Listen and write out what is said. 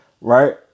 Right